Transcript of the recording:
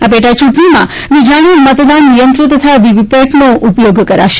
આ પેટા ચૂંટણીમાં વીજાણુ મતદાન યંત્રો તથા વીવીપેટનો ઉપયોગ કરાશે